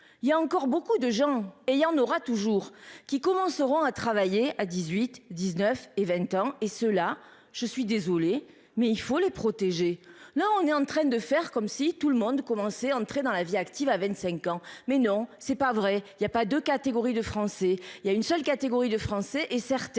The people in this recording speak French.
il y a encore beaucoup de gens et il y en aura toujours qui commenceront à travailler à 18, 19 et 20 ans et ceux-là, je suis désolé mais il faut les protéger, là on est en train de faire comme si tout le monde commençait entrer dans la vie active à 25 ans. Mais non c'est pas vrai il y a pas de catégorie de Français il y a une seule catégorie de Français et certains